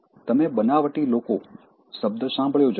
તમે "બનાવટી લોકો" શબ્દ સાંભળ્યો જ હશે